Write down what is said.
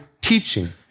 teaching